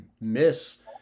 miss